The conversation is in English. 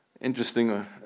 interesting